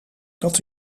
dat